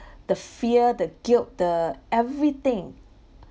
the fear the guilt the everything